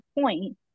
point